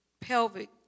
pelvic